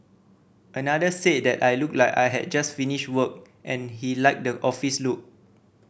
another said that I looked like I had just finished work and he liked the office look